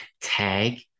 tag